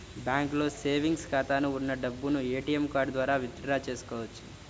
బ్యాంకులో సేవెంగ్స్ ఖాతాలో ఉన్న డబ్బును ఏటీఎం కార్డు ద్వారా విత్ డ్రా చేసుకోవచ్చు